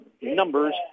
numbers